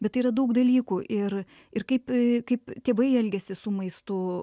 bet tai yra daug dalykų ir ir kaip kaip tėvai elgiasi su maistu